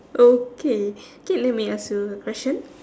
okay okay let me ask you a question